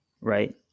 right